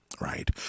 right